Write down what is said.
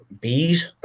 bees